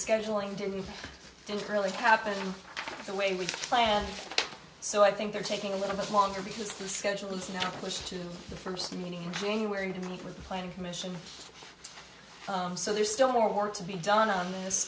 scheduling didn't didn't really happen the way we planned so i think they're taking a little bit more anger because the schedule is not pushed to the first meeting being where you can meet with the planning commission so there's still more work to be done on this